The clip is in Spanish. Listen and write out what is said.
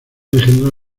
engendrar